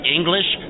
English